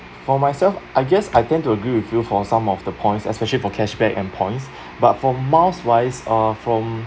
for myself I guess I tend to agree with you for some of the points especially for cash back and points but for miles wise uh from